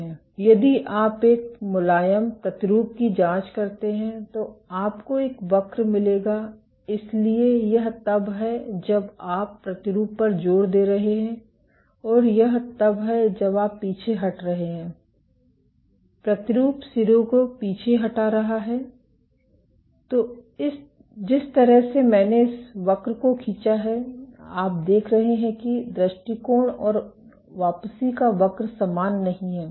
यदि आप एक मुलायम प्रतिरूप की जांच करते हैं तो आपको एक वक्र मिलेगा इसलिए यह तब है जब आप प्रतिरूप पर जोर दे रहे हैं और यह तब है जब आप पीछे हट रहे हैं प्रतिरूप सिरे को पीछे हटा रहा है तो जिस तरह से मैंने इस वक्र को खींचा है आप देख रहे हैं कि दृष्टिकोण और वापसी का वक्र समान नहीं हैं